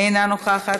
אינה נוכחת,